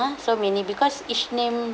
!huh! so many because each name